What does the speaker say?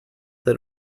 that